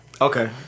Okay